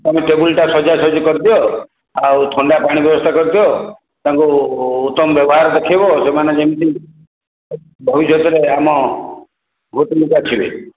ତୁମେ ଟେବୁଲ୍ଟା ସଜାସଜ୍ଜି କରିଦିଅ ଆଉ ଥଣ୍ଡା ପାଣି ବ୍ୟବସ୍ଥା କରିଦିଅ ତାଙ୍କୁ ଉତ୍ତମ ବ୍ୟବହାର ଦେଖାଇବ ସେମାନେ ଯେମିତି ଭବିଷ୍ୟତରେ ଆମ ହୋଟେଲ୍କୁ ଆସିବେ